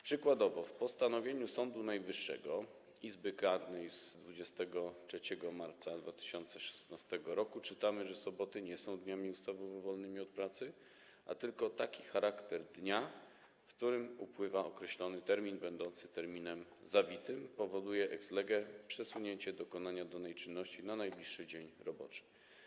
Przykładowo w postanowieniu Sądu Najwyższego Izby Karnej z 23 marca 2016 r. czytamy, że: Soboty nie są dniami ustawowo wolnymi od pracy, a tylko taki charakter dnia, w którym upływa określony termin będący terminem zawitym, powoduje ex lege przesunięcie dokonania danej czynności na najbliższy dzień roboczy.